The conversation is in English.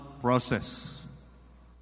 process